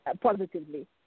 positively